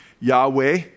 Yahweh